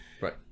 Right